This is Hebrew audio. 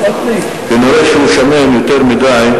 כנראה שהוא שמן יותר מדי,